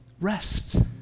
rest